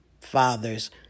father's